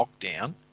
lockdown